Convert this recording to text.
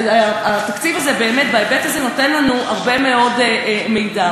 התקציב הזה, בהיבט הזה, נותן לנו הרבה מאוד מידע.